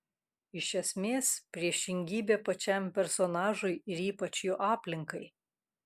iš esmės priešingybė pačiam personažui ir ypač jo aplinkai